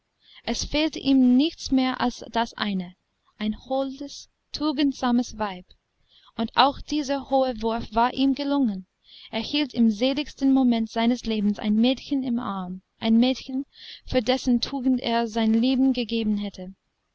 es fehlte ihm nichts mehr als das eine ein holdes tugendsames weib und auch dieser hohe wurf war ihm gelungen er hielt im seligsten moment seines lebens ein mädchen im arm ein mädchen für dessen tugend er sein leben gegeben hätte